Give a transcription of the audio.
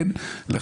אומר